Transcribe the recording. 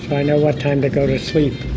i know what time to go to sleep